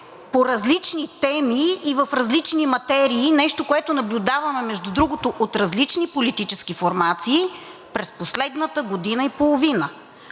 по различни теми и различни материи, нещо, което наблюдаваме, между другото, от различни политически формации през последната година и половина.